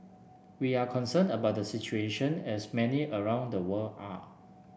we are concerned about the situation as many around the world are